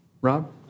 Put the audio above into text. Rob